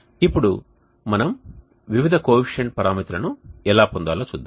ఇప్పుడు మనం వివిధ కోఎఫీషియంట్ పరామితులను ఎలా పొందాలో చూద్దాం